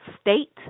state